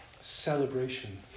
celebration